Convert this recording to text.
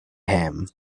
him